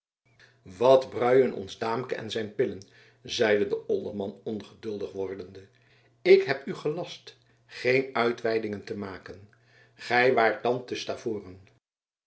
wat bruien ons daamke en zijn pillen zeide de olderman ongeduldig wordende ik heb u gelast geen uitweidingen te maken gij waart dan te stavoren